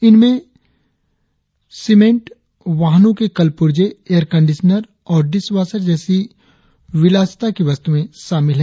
इनमें सीमेंट वाहनों के कल पूर्जे एयरकंडीशनर और डिशवाशर जैसी विलासिता की वस्तुएं शामिल है